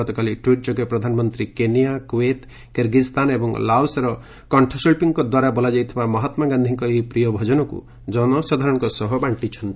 ଗତକାଲି ଟ୍ସିଟ୍ ଯୋଗେ ପ୍ରଧାନମନ୍ତ୍ରୀ କେନିଆ କୁଏତ୍ କିର୍ଗିଜ୍ସ୍ଥାନ ଏବଂ ଲାଓସ୍ର କଣ୍ଠଶିଳ୍ପୀଙ୍କ ଦ୍ୱାରା ବୋଲାଯାଇଥିବା ମହାତ୍ମା ଗାନ୍ଧୀଙ୍କ ଏହି ପ୍ରିୟ ଭଜନକୁ ଜନସାଧାରଣଙ୍କ ସହ ବାଣ୍ଟିଚ୍ଚନ୍ତି